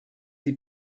die